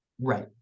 Right